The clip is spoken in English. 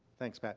thanks, pat.